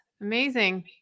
amazing